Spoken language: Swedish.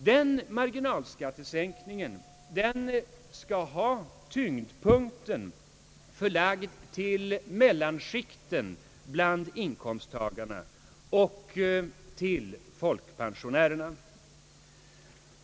Den marginalskattesänkningen = skall ha tyngdpunkten förlagd till mellanskikten bland inkomsttagarna och till folkpensionärerna.